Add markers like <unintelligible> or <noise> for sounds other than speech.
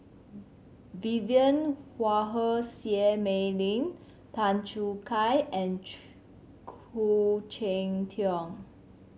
Vivien Quahe Seah Mei Lin Tan Choo Kai and <unintelligible> Khoo Cheng Tiong